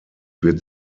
wird